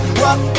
rock